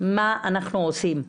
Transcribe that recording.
מה אנחנו עושים בעניין.